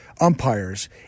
umpires